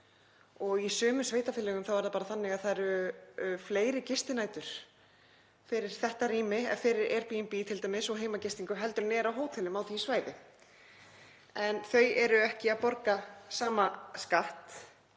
og í sumum sveitarfélögum þá er það bara þannig að það eru fleiri gistinætur fyrir þetta rými, fyrir Airbnb t.d. og heimagistingu, heldur en er á hótelum á því svæði, en þau eru ekki að borga sama skatt.